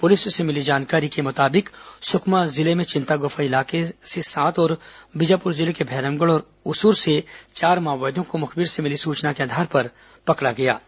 police से मिली जानकारी के मुताबिक सुकमा जिले में चिंतागुफा इलाके से सात और बीजापुर जिले के भैरमगढ़ और उसूर से चार माओवादियों को मुखबिर से मिली सूचना के आधार पर पकड़ा जा सका